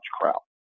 crowd